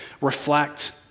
reflect